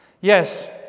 Yes